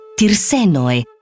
tirsenoi